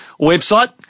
website